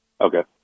Okay